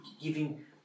giving